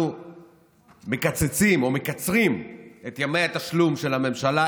אנחנו מקצצים או מקצרים את ימי התשלום של הממשלה,